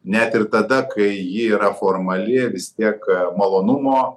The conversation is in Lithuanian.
net ir tada kai ji yra formali vis tiek malonumo